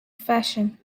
fashion